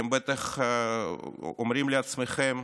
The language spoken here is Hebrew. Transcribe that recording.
אתם בטח אומרים לעצמכם: